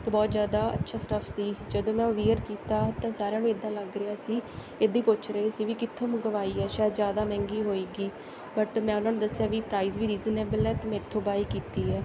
ਤਾਂ ਬਹੁਤ ਜ਼ਿਆਦਾ ਅੱਛਾ ਸਟੱਫ਼ ਸੀ ਜਦੋਂ ਮੈਂ ਉਹ ਵੀਅਰ ਕੀਤਾ ਤਾਂ ਸਾਰਿਆਂ ਨੂੰ ਇੱਦਾਂ ਲੱਗ ਰਿਹਾ ਸੀ ਇਦੀ ਪੁੱਛ ਰਹੇ ਸੀ ਵੀ ਕਿੱਥੋਂ ਮੰਗਵਾਈ ਆ ਸ਼ਾਇਦ ਜ਼ਿਆਦਾ ਮਹਿੰਗੀ ਹੋਵੇਗੀ ਬਟ ਮੈਂ ਉਹਨਾਂ ਨੂੰ ਦੱਸਿਆ ਵੀ ਪ੍ਰਾਈਜ਼ ਵੀ ਰੀਜ਼ਨਏਬਲ ਹੈ ਅਤੇ ਮੈਂ ਇੱਥੋਂ ਬਾਏ ਕੀਤੀ ਹੈ